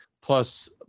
plus